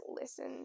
listen